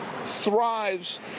thrives